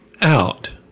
out